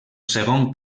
segon